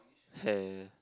hair